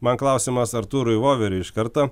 man klausimas artūrui voveriui iš karto